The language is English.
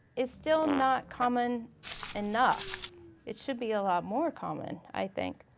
is still not common enough it should be a lot more common i think.